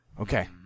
Okay